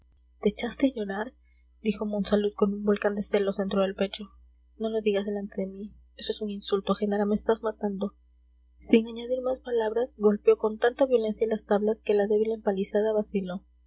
te echaste a llorar dijo monsalud con un volcán de celos dentro del pecho no lo digas delante de mí eso es un insulto genara me estás matando sin añadir más palabras golpeó con tanta violencia las tablas que la débil empalizada vaciló